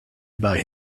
about